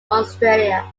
australia